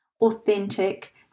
authentic